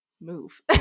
move